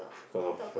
cause of uh